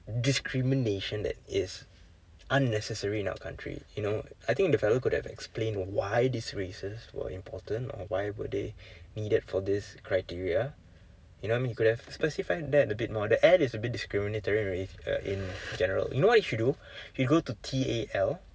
discrimination that is unnecessary in our country you know I think the fella could have explained why this races were important or why were they needed for this criteria you know he could have specified that a bit more the ad is a bit discriminatory already uh in general you know what you should do you go to T_A_L